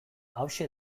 hauxe